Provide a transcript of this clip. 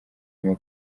mama